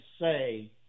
say